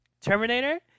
Terminator